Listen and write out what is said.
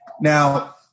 Now